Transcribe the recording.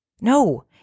No